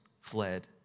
fled